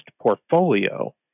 portfolio